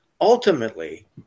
Ultimately